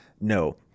No